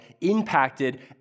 impacted